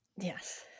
Yes